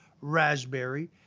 raspberry